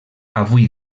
avui